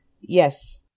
Yes